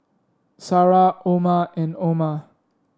Sarah Omar and Omar